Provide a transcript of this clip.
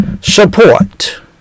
support